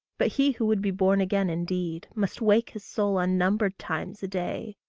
but he who would be born again indeed, must wake his soul unnumbered times a day,